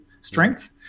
strength